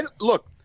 look